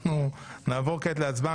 אנחנו נעבור כעת להצבעה.